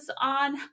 on